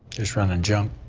just running junk.